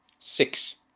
six,